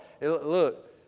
Look